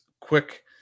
quick